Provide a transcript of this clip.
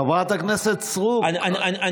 כל הכבוד, זאב, חברת הכנסת סטרוק, תודה רבה.